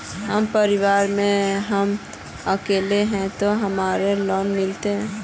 हम परिवार में हम अकेले है ते हमरा लोन मिलते?